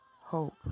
Hope